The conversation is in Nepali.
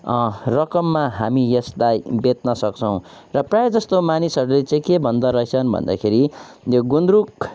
रकममा हामी यसलाई बेच्न सक्छौँ र प्रायः जस्तो मानिसहरूले चाहिँ के भन्दारहेछन् भन्दाखेरि यो गुन्द्रुक